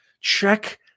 Check